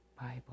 Bible